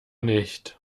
nicht